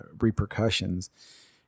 repercussions